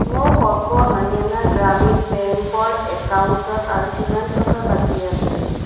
মোৰ সৰ্ব হাৰিয়াণা গ্ৰামীণ বেংকৰ একাউণ্টত আৰু কিমান টকা বাকী আছে